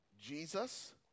Jesus